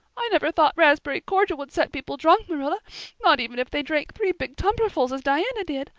i never thought raspberry cordial would set people drunk, marilla not even if they drank three big tumblerfuls as diana did.